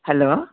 hello